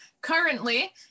currently